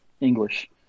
English